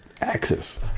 axis